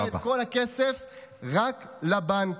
נתן את כל הכסף רק לבנקים.